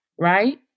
Right